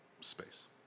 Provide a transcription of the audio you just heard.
space